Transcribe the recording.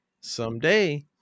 someday